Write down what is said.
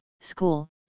school